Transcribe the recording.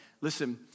Listen